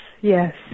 yes